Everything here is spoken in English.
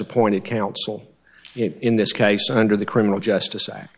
appointed counsel in this case under the criminal justice act